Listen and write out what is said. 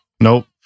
Nope